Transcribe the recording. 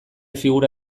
figura